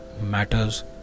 matters